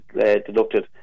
deducted